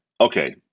okay